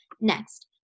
Next